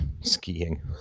skiing